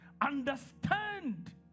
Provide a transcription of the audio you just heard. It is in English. understand